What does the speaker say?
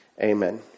Amen